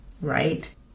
right